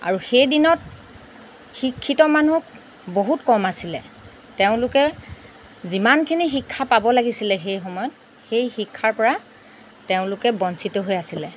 আৰু সেই দিনত শিক্ষিত মানুহ বহুত কম আছিলে তেওঁলোকে যিমানখিনি শিক্ষা পাব লাগিছিলে সেই সময়ত সেই শিক্ষাৰ পৰা তেওঁলোকে বঞ্চিত হৈ আছিলে